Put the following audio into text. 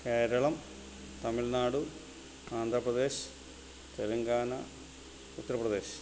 Keralam Tamil Nadu Andhra Pradesh Telangana Uttar Pradesh